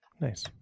Nice